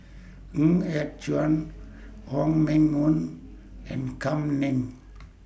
Ng Yat Chuan Wong Meng Voon and Kam Ning